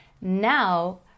now